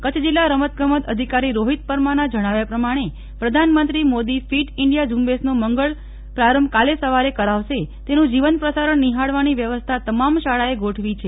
કચ્છ જિલ્લા રમતગમત અધિકારી રોહીત પરમારના જણાવ્યા પ્રમાણે પ્રધાનમંત્રી મોદી ફીટ ઈન્ડિયા ઝુંબેશનો મંગળ પ્રારંભ કાલે સવારે કરાવશે તેનું જીવંત પ્રસારણ નીહાળવાની વ્યવસ્થા તમામ શાળાએ ગોઠવી છે